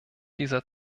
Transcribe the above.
dieser